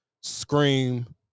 Scream